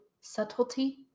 Subtlety